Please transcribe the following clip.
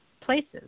places